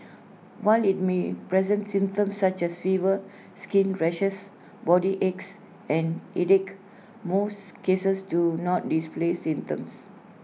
while IT may present symptoms such as fever skin rashes body aches and headache most cases do not display symptoms